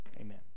amen